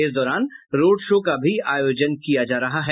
इस दौरान road show का भी आयोजन किया जा रहा है